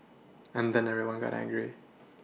and then everyone got angry